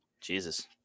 Jesus